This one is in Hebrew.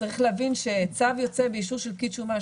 צריך להבין שצו יוצא באישור של פקיד שומה,